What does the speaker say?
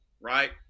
right